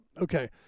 okay